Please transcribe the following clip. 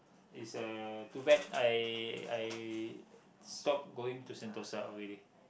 is a too bad I I stopped going to Sentosa already